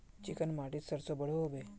Chicken माटित सरसों बढ़ो होबे?